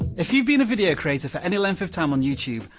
if you've been a video creator for any length of time on youtube,